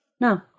No